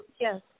Yes